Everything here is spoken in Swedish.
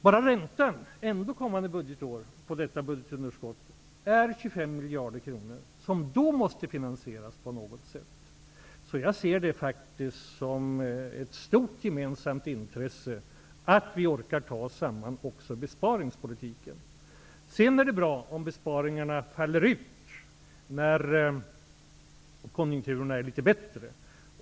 Bara räntan på detta budgetunderskott kommer nästnästa budgetår att vara 25 miljarder kronor, som då måste finansieras på något sätt. Jag ser det som ett stort gemensamt intresse att vi orkar ta oss samman även i besparingspolitiken. Det är bra om besparingarna faller ut när konjunkturen blir litet bättre.